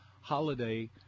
holiday